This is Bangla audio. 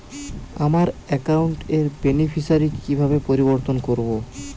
আমার অ্যাকাউন্ট র বেনিফিসিয়ারি কিভাবে পরিবর্তন করবো?